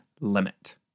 limit